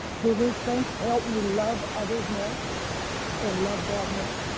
do these things help me love others more and love god more?